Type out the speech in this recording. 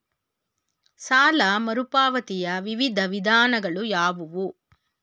ಸಾಲ ಮರುಪಾವತಿಯ ವಿವಿಧ ವಿಧಾನಗಳು ಯಾವುವು?